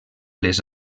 les